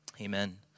Amen